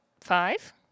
five